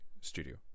studio